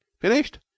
finished